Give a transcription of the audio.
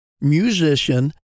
musician